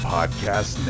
Podcast